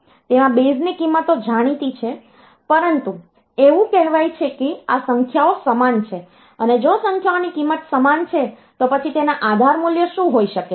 તેમાં બેઝ ની કિંમતો જાણીતી નથી પરંતુ એવું કહેવાય છે કે આ સંખ્યાઓ સમાન છે અને જો સંખ્યાઓની કિંમતો સમાન છે તો પછી તેના આધાર મૂલ્ય શું હોઈ શકે છે